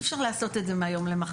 אי אפשר לעשות את זה מהיום למחר,